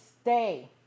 stay